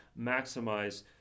maximize